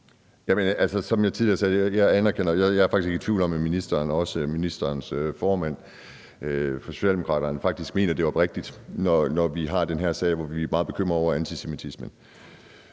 Som jeg tidligere sagde, er jeg faktisk ikke i tvivl om, at ministeren og også ministerens formand for Socialdemokraterne mener det oprigtigt, når vi har den her sag, hvor vi er meget bekymrede over antisemitismen.